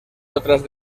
otras